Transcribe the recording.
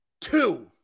Two